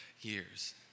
years